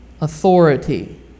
authority